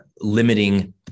limiting